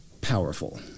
powerful